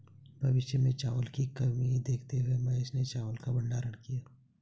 भविष्य में चावल की कमी देखते हुए महेश ने चावल का भंडारण किया